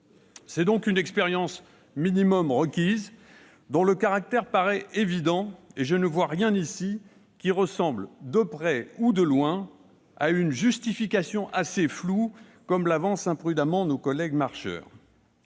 C'est donc une expérience minimum requise dont le caractère paraît évident, et je ne vois rien ici qui ressemble, de près ou de loin, à une « justification assez floue », comme l'avancent imprudemment nos collègues Marcheurs.